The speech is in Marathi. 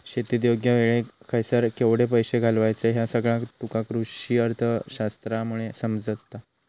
शेतीत योग्य वेळेक खयसर केवढे पैशे घालायचे ह्या सगळा तुका कृषीअर्थशास्त्रामुळे समजता